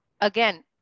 again